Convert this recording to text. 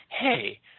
Hey